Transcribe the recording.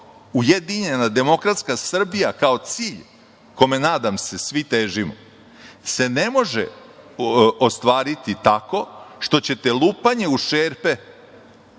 ujedinjena demokratska Srbija kao cilj kome nadam se svi težimo se ne može ostvariti tako što ćete lupanje u šerpe,